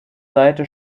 seite